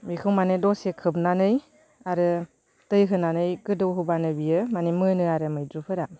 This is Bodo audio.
बेखौ माने दसे खोबनानै आरो दै होनानै गोदौहोबानो बेयो माने मोनो आरो मैद्रुफोरा